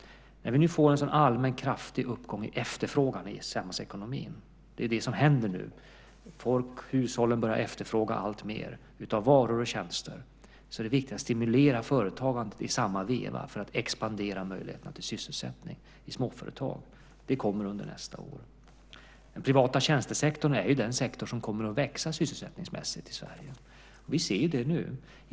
När vi nu får en sådan allmän kraftig uppgång i efterfrågan i samhällsekonomin - det är det som händer nu, hushållen börjar efterfråga alltmer av varor och tjänster - är det viktigt att stimulera företagandet i samma veva för att expandera möjligheterna till sysselsättning i småföretag. Det kommer under nästa år. Den privata tjänstesektorn är den sektor som kommer att växa sysselsättningsmässigt i Sverige. Vi ser det nu.